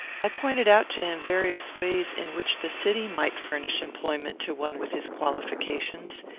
i pointed out to him various ways in which the city might furnish employment to one with his qualifications.